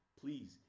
please